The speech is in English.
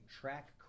track